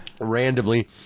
Randomly